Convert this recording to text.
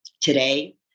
today